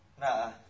Nah